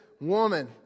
woman